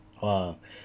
!wah!